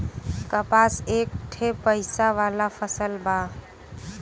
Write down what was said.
कपास एक ठे पइसा वाला फसल बा